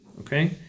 Okay